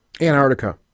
Antarctica